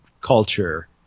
culture